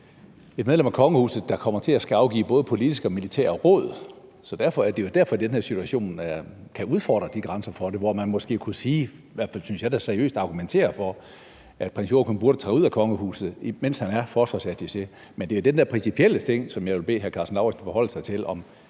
et medlem af kongehuset, der kommer til at skulle give både politiske og militære råd. Det er jo derfor, at den her situation kan udfordre grænserne for det og man måske kunne sige eller i hvert fald, synes jeg da, seriøst argumentere for, at prins Joachim burde træde ud af kongehuset, mens han er forsvarsattaché. Men det er den der principielle ting, som jeg vil bede hr. Karsten Lauritzen forholde sig til,